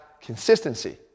consistency